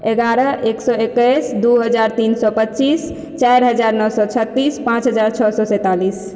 एगारह एक सए एक्कैस दू हजार तीन सए पच्चीस चारि हजार नओ सए छतीस पाँच हजार छओ सए सैंतालिस